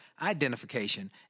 identification